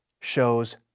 shows